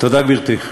תודה, גברתי.